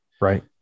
Right